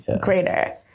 greater